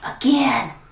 again